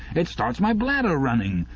it starts my bladder running.